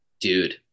Dude